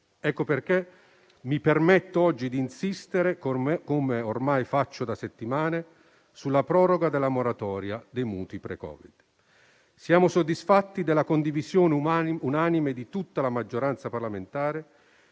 Ecco perché, mi permetto di insistere, come ormai faccio da settimane, sulla proroga della moratoria sui mutui pre-Covid. Siamo soddisfatti della condivisione unanime di tutta la maggioranza parlamentare